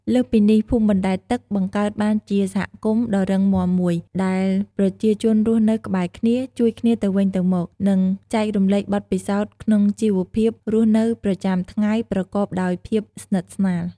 លើសពីនេះ ភូមិបណ្ដែតទឹកបង្កើតបានជាសហគមន៍ដ៏រឹងមាំមួយ ដែលប្រជាជនរស់នៅក្បែរគ្នា ជួយគ្នាទៅវិញទៅមក និងចែករំលែកបទពិសោធន៍ក្នុងជីវភាពរស់នៅប្រចាំថ្ងៃប្រកបដោយភាពស្និទ្ធស្នាល។